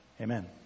Amen